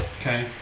Okay